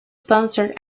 sponsored